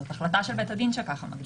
זאת החלטה של בית הדין שככה מגדירים את זה.